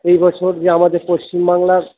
এই বছর যে আমাদের পশ্চিমবাংলার